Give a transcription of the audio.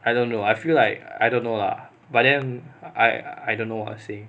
I don't know I feel like I don't know lah but then I I don't know how to say